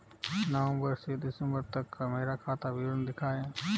नवंबर से दिसंबर तक का मेरा खाता विवरण दिखाएं?